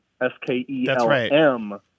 S-K-E-L-M